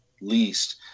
least